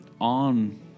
on